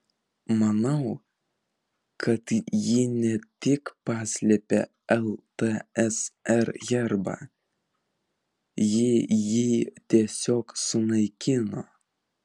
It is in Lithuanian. manau kad ji ne tik paslėpė ltsr herbą ji jį tiesiog sunaikino